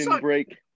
break